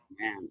man